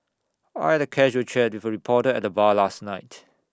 I'd A casual chat with A reporter at the bar last night